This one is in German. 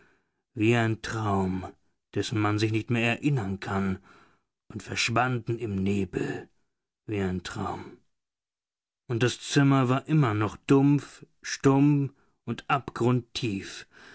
wie ein traum dessen man sich nicht mehr erinnern kann und verschwanden im nebel wie ein traum und das zimmer war immer noch dumpf stumm und abgrundtief